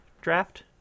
draft